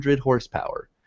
horsepower